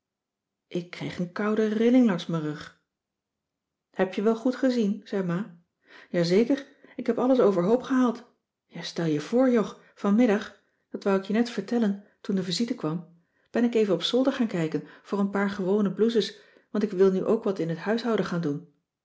ik kreeg een koude rilling langs mijn rug heb je wel goed gezien zei ma ja zeker ik heb alles overhoop gehaald ja stel je voor jog vanmiddag dat wou ik je net vercissy van marxveldt de h b s tijd van joop ter heul tellen toen de visite kwam ben ik even op zolder gaan kijken voor een paar gewone blouses want ik wil nu ook wat in het huishouden gaan doen